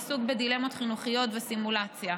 עיסוק בדילמות חינוכיות וסימולציה.